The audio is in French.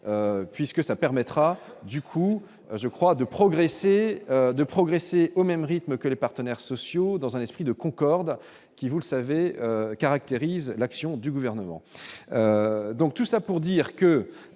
puisque ça permettra, du coup, je crois, de progresser et de progresser au même rythme que les partenaires sociaux dans un esprit de Concorde qui, vous le savez, caractérise l'action du gouvernement, donc tout ça pour dire que.